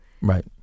Right